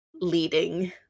leading